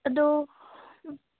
ꯑꯗꯣ